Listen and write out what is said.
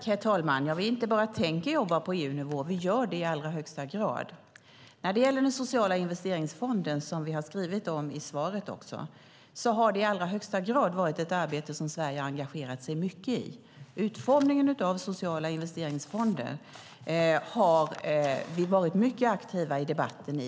Herr talman! Vi tänker inte bara jobba på EU-nivå, vi gör det i allra högsta grad. Sverige har engagerat sig mycket i debatten om och arbetet med utformningen av den sociala investeringsfonden, som tas upp i svaret.